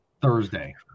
Thursday